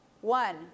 One